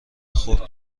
خورد